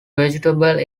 vegetables